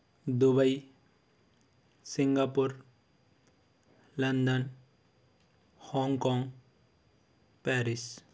Dubai Singapore London Hong Kong Paris